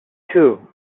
two